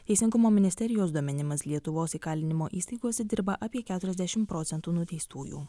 teisingumo ministerijos duomenimis lietuvos įkalinimo įstaigose dirba apie keturiasdešimt procentų nuteistųjų